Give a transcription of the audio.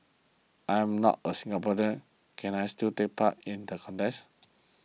I am not a Singaporean can I still take part in the contest